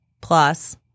plus